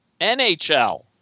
NHL